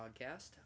podcast